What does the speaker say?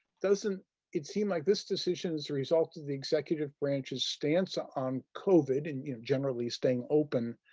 doesn't it seem like this decision's a result of the executive branch's stance ah on covid and you know generally staying open?